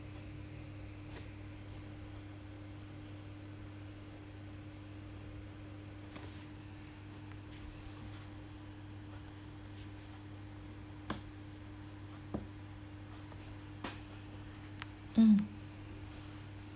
mm